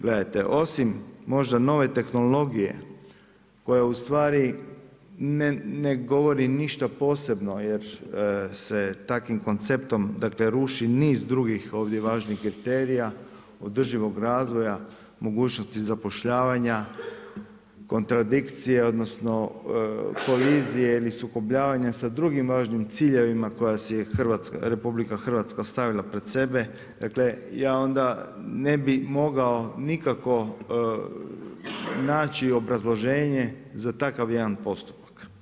Gledajte, osim možda nove tehnologije koja je ustvari ne govori ništa posebno jer se takvim konceptom ruši niz drugih ovdje važnih kriterija održivog razvoja, mogućnosti zapošljavanja, kontradikcije odnosno kolizije ili sukobljavanja sa drugim važnijim ciljevima koje si je RH stavila pred sebe, dakle ja onda ne bi mogao nikako naći obrazloženje za takav jedan postupak.